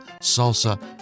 salsa